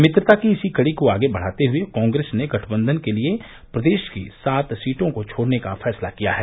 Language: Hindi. मित्रता की इसी कड़ी को आगे बढ़ाते हुये कॉग्रेस ने गठबंधन के लिये प्रदेश की सात सीटों को छोड़ने का फैसला किया है